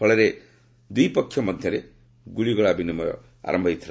ଫଳରେ ଦୁଇପକ୍ଷ ମଧ୍ୟରେ ଗୁଳିଗୋଳା ବିନିମୟ ହୋଇଥିଲା